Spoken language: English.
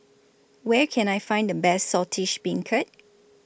Where Can I Find The Best Saltish Beancurd